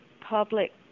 public –